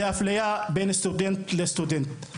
זה אפליה בין סטודנט לסטודנט,